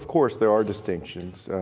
course there are distinctions.